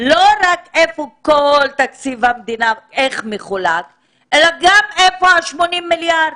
לא רק איפה כל תקציב המדינה ואיך הוא מחולק אלא גם איפה ה-80 מיליארד.